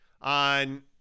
on